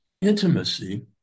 Intimacy